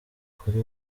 kuri